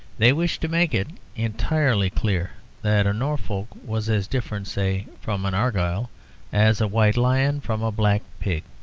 they wished to make it entirely clear that a norfolk was as different, say, from an argyll as a white lion from a black pig.